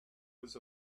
was